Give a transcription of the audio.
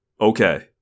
Okay